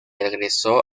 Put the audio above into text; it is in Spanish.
regresó